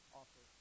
offer